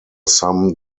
some